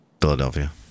Philadelphia